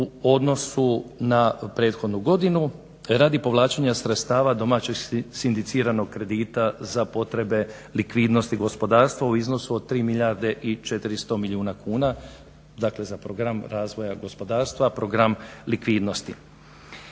u odnosu na prethodnu godinu radi povlačenja sredstava domaćeg sindiciranog kredita za potrebe likvidnosti gospodarstva u iznosu od 3 milijarde i 400 milijuna kuna, dakle za program razvoja gospodarstva, program likvidnosti.